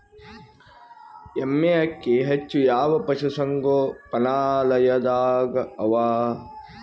ಎಮ್ಮೆ ಅಕ್ಕಿ ಹೆಚ್ಚು ಯಾವ ಪಶುಸಂಗೋಪನಾಲಯದಾಗ ಅವಾ?